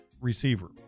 receiver